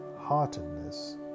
heartedness